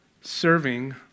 Serving